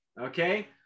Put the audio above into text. okay